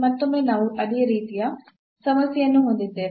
ಮತ್ತೊಮ್ಮೆ ನಾವು ಇದೇ ರೀತಿಯ ಸಮಸ್ಯೆಯನ್ನು ಹೊಂದಿದ್ದೇವೆ